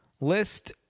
list